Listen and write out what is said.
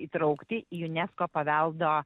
įtraukti į unesco paveldo